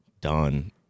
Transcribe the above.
done